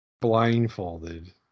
blindfolded